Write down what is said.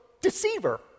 Deceiver